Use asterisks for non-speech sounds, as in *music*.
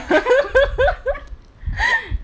*laughs*